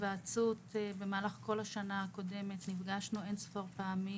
במהלך כל השנה הקודמת נפגשנו אין ספור פעמים